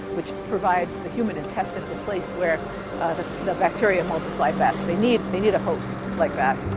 which provides the human intestines a place where the bacteria multiplied fast. they need need a host like that.